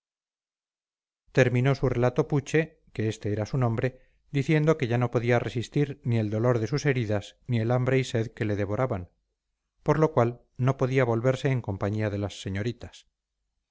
terminó su relato puche que este era su nombre diciendo que ya no podía resistir ni el dolor de sus heridas ni el hambre y sed que le devoraban por lo cual no podía volverse en compañía de las señoritas